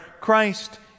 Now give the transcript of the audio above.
Christ